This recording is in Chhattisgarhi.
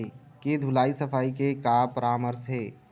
के धुलाई सफाई के का परामर्श हे?